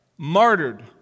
Martyred